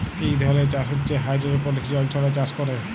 ইক ধরলের চাষ হছে হাইডোরোপলিক্স জল ছাড়া চাষ ক্যরে